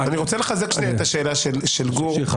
שאלה